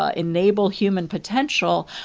ah enable human potential,